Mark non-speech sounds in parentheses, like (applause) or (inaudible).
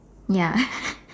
ya (laughs)